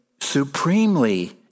Supremely